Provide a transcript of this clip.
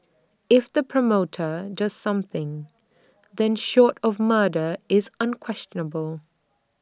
if the promoter does something then short of murder it's unquestionable